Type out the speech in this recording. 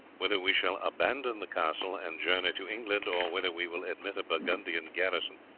whether we shall abandon the castle and journey to england, or whether we will admit a burgundian garrison,